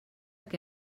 què